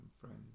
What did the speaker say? friends